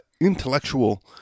intellectual